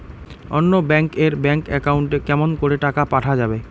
অন্য ব্যাংক এর bank account এ কেমন করে টাকা পাঠা যাবে?